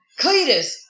Cletus